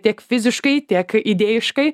tiek fiziškai tiek idėjiškai